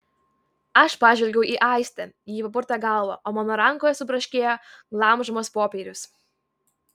aš pažvelgiau į aistę ji papurtė galvą o mano rankoje subraškėjo glamžomas popierius